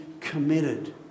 committed